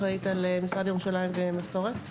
אחראית על משרד ירושלים ומסורת.